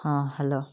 ହଁ ହ୍ୟାଲୋ